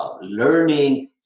Learning